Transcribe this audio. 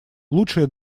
лучшее